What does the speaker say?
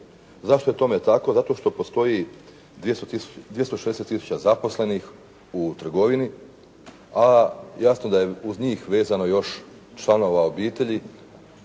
Zašto je tome tako? Zato što postoji 260000 zaposlenih u trgovini, a jasno da je uz njih vezano još članova obitelji